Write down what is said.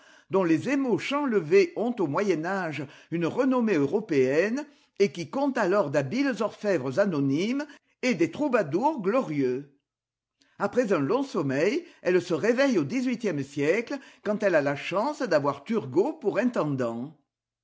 dont les émaux champlevés ont au moyen âge une renommée européenne et qui compte alors d'habiles orfèvres anonymes et des troubadours glorieux après un long sommeil elle se réveille au dix-huitième siècle quand elle a la chance d'avoir turgot pour intendant